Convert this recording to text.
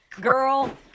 Girl